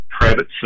private